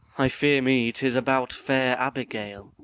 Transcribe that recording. i fear me tis about fair abigail.